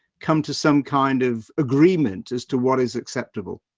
come to some kind of agreement as to what is acceptable?